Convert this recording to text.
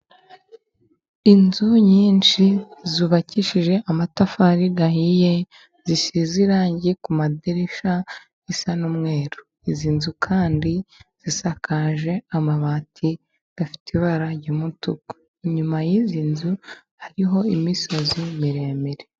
Inzu nyinshi zubakishije amatafari ahiye, zisize irangi kumadirishya, risa n'umweru. Izi nzu kandi zisakaje amabati afite ibara ry'umutuku, inyuma y'izi nzu hariho imisozi miremire.